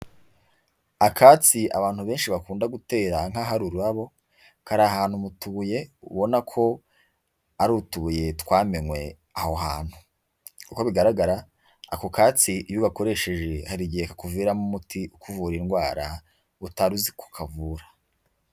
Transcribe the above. Akatsi abantu benshi bakunda gutera nkaho ari ururabo, kari ahantu mu tubuye ubona ko ari utubuye twamenwe aho hantu, uko bigaragara, ako katsi iyo ugakoresheje hari igihe kakuviramo umuti ukuvura indwara utari uzi ko kavura.